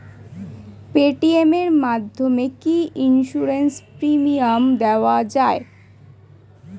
Paytm এর মাধ্যমে কি ইন্সুরেন্স প্রিমিয়াম দেওয়া যায়?